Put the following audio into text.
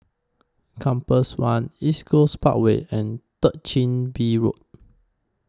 Compass one East Coast Parkway and Third Chin Bee Road